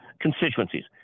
constituencies